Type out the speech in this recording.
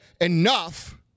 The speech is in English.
enough